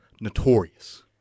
notorious